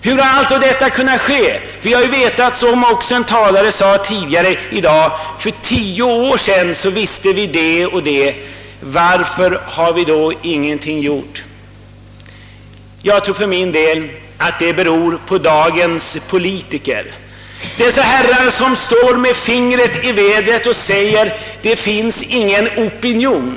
Varför har vi ingenting gjort, sade en annan talare i dag, vi har ju vetat om allt detta i tio år. Jag tror för min del att det beror på dagens politiker, dessa herrar som står med fingret i vädret och säger att det inte finns någon opinion.